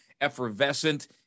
effervescent